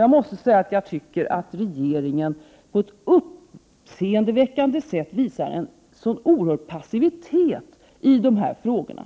Jag måste säga att jag tycker att regeringen på ett uppseendeväckande sätt visar en oerhört stor passivitet i dessa frågor.